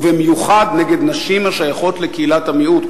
ובמיוחד נגד נשים השייכות לקהילת המיעוט,